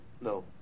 No